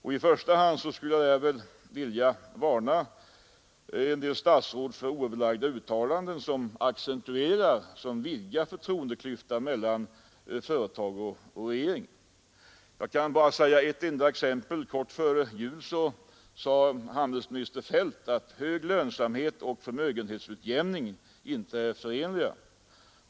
I första hand skulle jag vilja varna en del statsråd för oöverlagda uttalanden som vidgar förtroendeklyftan mellan företag och regering. Jag kan nämna ett enda exempel. En kort tid före jul sade handelsminister Feldt att hög lönsamhet och förmögenhetsutjämning inte är förenliga.